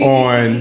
on